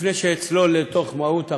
לפני שאצלול אל מהות החוק,